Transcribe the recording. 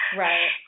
right